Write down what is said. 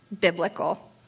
biblical